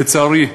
לצערי,